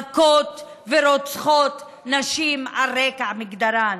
מכות ורוצחות נשים על רקע מגדרן.